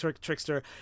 trickster